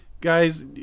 Guys